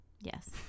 Yes